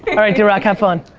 all right, drock have fun.